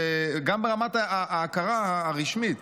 גם ברמת ההכרה הרשמית.